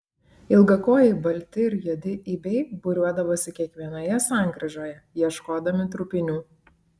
ilgakojai balti ir juodi ibiai būriuodavosi kiekvienoje sankryžoje ieškodami trupinių